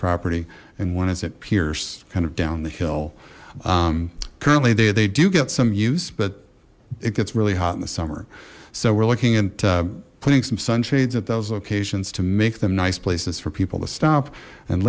property and one is it pierce kind of down the hill currently they do get some use but it gets really hot in the summer so we're looking at putting some sun shades at those locations to make them nice places for people to stop and